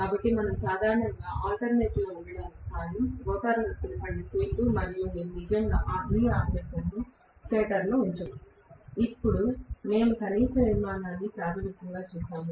కాబట్టి మనం సాధారణంగా ఆల్టర్నేటర్లో ఉండటానికి కారణం రోటర్లో స్థిర పడిన ఫీల్డ్ మరియు మీరు నిజంగా మీ ఆర్మేచర్ ను స్టేటర్లో ఉంచబోతున్నారు ఇప్పుడు మేము కనీసం నిర్మాణాన్ని ప్రాథమికంగా చూశాము